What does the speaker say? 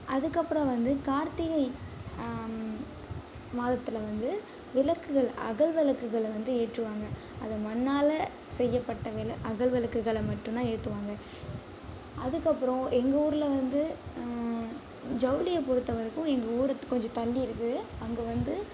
அதுக்கப்புறம் வந்து கார்த்திகை மாதத்தில் வந்து விளக்குகள் அகல் விளக்குகளை வந்து ஏற்றுவாங்க அது மண்ணால் செய்யப்பட்ட விளக்கு அகல் விளக்குகளை மட்டும் தான் ஏற்றுவாங்க அதுக்கப்புறம் எங்கள் ஊரில் வந்து ஜவுளியை பொறுத்த வரைக்கும் எங்கள் ஊருக்கு கொஞ்சம் தள்ளி இருக்குது அங்கே வந்து